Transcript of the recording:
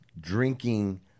drinking